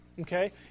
Okay